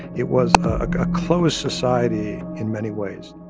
it was a closed society in many ways